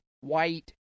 white